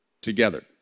together